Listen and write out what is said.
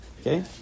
Okay